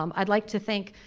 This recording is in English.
um i'd like to thank,